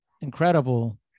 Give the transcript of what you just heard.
incredible